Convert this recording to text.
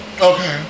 Okay